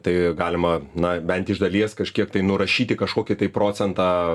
tai galima na bent iš dalies kažkiek tai nurašyti kažkokį procentą